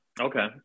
okay